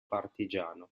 partigiano